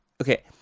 Okay